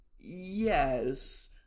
Yes